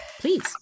Please